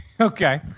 Okay